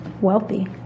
wealthy